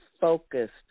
focused